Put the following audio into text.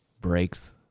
breaks